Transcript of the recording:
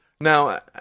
Now